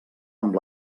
amb